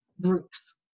Groups